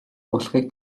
болохыг